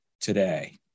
today